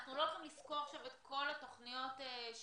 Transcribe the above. אנחנו לא יכולים לסקור עכשיו את כל התוכניות שהיו,